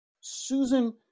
Susan